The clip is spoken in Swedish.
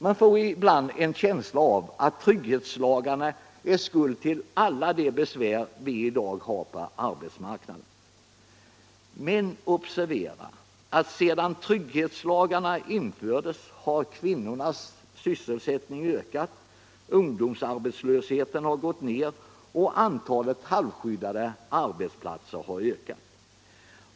Man får ibland en känsla av att trygghetslagarna är skuld till alla de besvär vi i dag har på arbetsmarknaden. Men observera att sedan trygghetslagarna infördes har kvinnornas sysselsättning ökat, ungdomsarbetslösheten har gått ner, och antalet halvskyddade arbetsplatser har ökat.